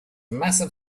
massive